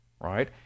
right